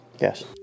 Yes